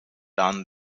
done